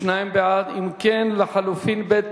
לחלופין ב'